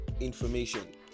information